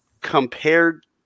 Compared